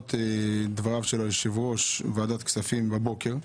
למרות דבריו של יושב-ראש ועדת כספים בבוקר,